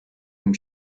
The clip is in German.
dem